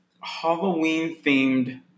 Halloween-themed